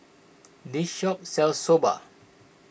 this shop sells Soba